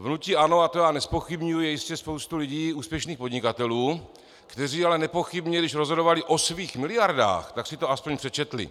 V hnutí ANO, a to já nezpochybňuji, je jistě spousta lidí úspěšných podnikatelů, kteří ale nepochybně, když rozhodovali o svých miliardách, tak si to aspoň přečetli.